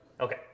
Okay